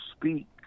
speak